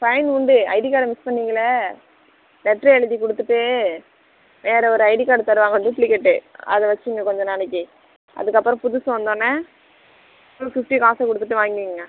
fine உண்டு ID card miss பண்ணீங்கள்லே letter எழுதி கொடுத்துட்டு வேறு ஒரு ஐடி கார்டு தருவாங்க டூப்ளிகேட் அது வச்சுக்கோங்க கொஞ்ச நாளைக்கு அதுக்கப்புறம் புதுசு வந்தோன்னே டூ ஃபிஃப்டி காசு கொடுத்துட்டு வாங்கிக்கோங்க